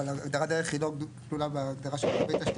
אבל הגדרת דרך היא לא כלולה בהגדרה של קווי תשתית.